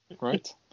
right